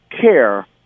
care